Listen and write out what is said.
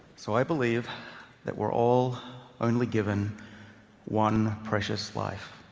so i believe that we're all only given one precious life.